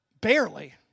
barely